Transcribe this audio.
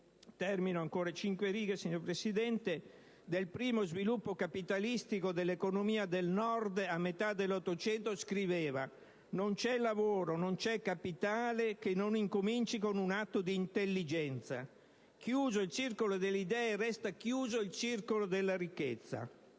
Cattaneo, studiando i fattori del primo sviluppo capitalistico dell'economia del Nord a metà dell''800 scriveva: «Non c'è lavoro, non c'è capitale che non incominci con un atto di intelligenza. Chiuso il circolo delle idee, resta chiuso il circolo della ricchezza».